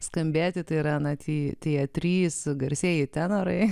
skambėti tai yra na tį tie trys garsieji tenorai